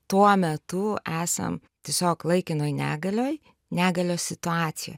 tuo metu esam tiesiog laikinoj negalioj negalios situacijo